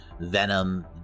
Venom